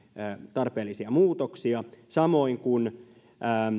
tarpeellisia muutoksia samoin